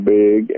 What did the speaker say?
big